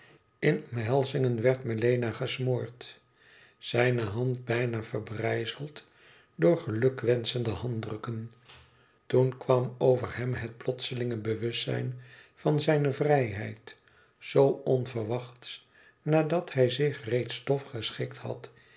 in omhelzingen werd melena gesmoord zijne hand bijna verbrijzeld door gelukwenschende handdrukken toen kwam over hem het plotselinge bewustzijn van zijne vrijheid zoo onverwachts nadat hij zich reeds dof geschikt had